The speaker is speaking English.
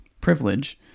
privilege